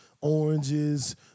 oranges